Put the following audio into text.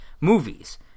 movies